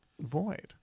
void